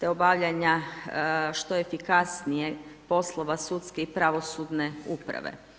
te obavljanja što efikasnije poslova sudskih i pravosudne uprave.